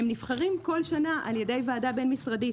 הם נבחרים בכל שנה על ידי ועדה בין-משרדית,